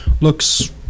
looks